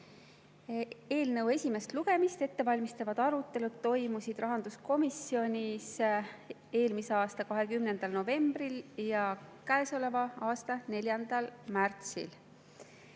Eelnõu esimest lugemist ettevalmistavad arutelud toimusid rahanduskomisjonis eelmise aasta 20. novembril ja käesoleva aasta 4. märtsil.